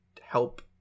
help